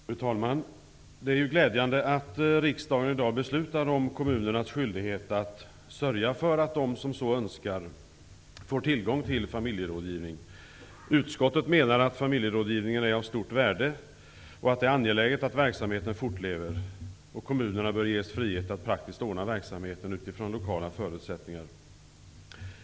Fru talman! Det är glädjande att riksdagen i dag beslutar om kommunernas skyldighet att sörja för att de som så önskar får tillgång till familjerådgivning. Utskottet menar att familjerådgivningen är av stort värde och att det är angeläget att verksamheten fortlever. Kommunerna bör ges frihet att praktiskt ordna verksamheten utifrån lokala förutsättningar.